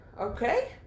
Okay